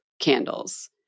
candles